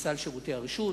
סל שירותי הרשות,